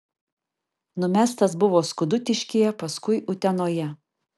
numestas buvo skudutiškyje paskui utenoje